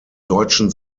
deutschen